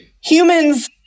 Humans